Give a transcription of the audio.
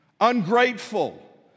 ungrateful